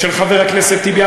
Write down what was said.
של חבר הכנסת טיבי.